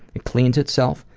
it cleans itself,